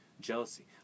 jealousy